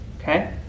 okay